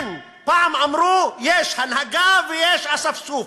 פעם אמרו שיש הנהגה ויש אספסוף.